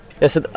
Yes